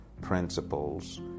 principles